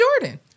Jordan